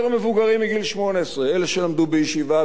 מבוגרים מגיל 18. אלה שלמדו בישיבה,